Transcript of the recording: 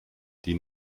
die